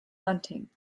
hunting